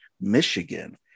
Michigan